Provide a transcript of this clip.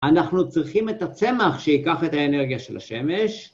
אנחנו צריכים את הצמח שיקח את האנרגיה של השמש.